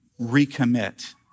recommit